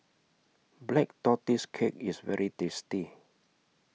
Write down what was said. Black Tortoise Cake IS very tasty